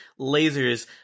lasers